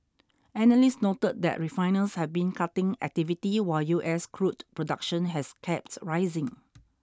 analysts noted that refiners have been cutting activity while U S crude production has kept rising